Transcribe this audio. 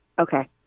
Okay